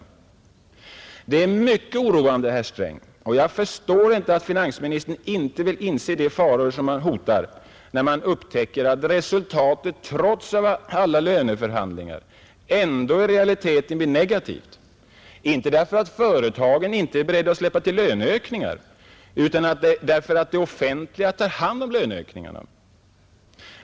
Detta är mycket oroande, herr Sträng, och jag förstår inte, att finansministern inte vill inse de faror som hotar när man upptäcker, att resultatet av alla löneförhandlingar i realiteten blir negativt — inte därför att företagen inte är beredda att släppa till löneökningar utan därför att det offentliga tar hand om löneökningarna.